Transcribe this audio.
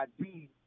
ID